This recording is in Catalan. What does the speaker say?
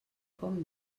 com